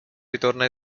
ritorna